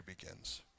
begins